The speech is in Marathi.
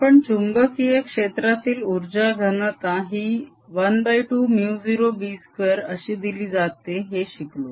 आपण चुंबकीय क्षेत्रातील उर्जा घनता ही ½ μ0B2 अशी दिली जाते हे शिकलो